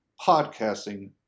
Podcasting